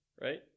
right